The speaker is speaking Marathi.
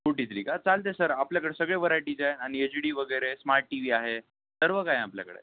फोर्टि थ्री का चालतं आहे सर आपल्याकडं सगळे व्हरायटीज आहे आणि एज डी वगैरे आहे स्मार्ट टी वी आहे सर्व काही आहे आपल्याकडे